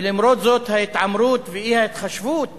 למרות זאת, ההתעמרות והאי-התחשבות